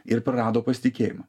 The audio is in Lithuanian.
ir prarado pasitikėjimą